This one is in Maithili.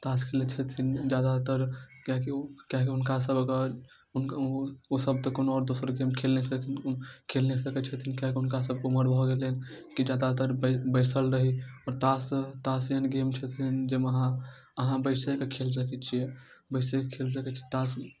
तास खेलैत छथिन जादातर किआकी किआकी हुनका सब कऽ हुन ओसब तऽ कोनो आओर दोसर गेम खेल नहि छथिन खेल नहि सकैत छथिन किआकी हुनका सब कऽ ऊमर भऽ गेलनि कि जादातर बै बैसल रही आओर तास तास एहन गेम छै जाहिमे अहाँ अहाँ बैस कऽ खेल सकैत छियै बैस कऽ खेल सकैत छी तास